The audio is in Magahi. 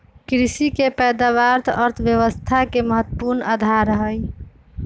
कृषि के पैदावार अर्थव्यवस्था के महत्वपूर्ण आधार हई